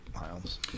Miles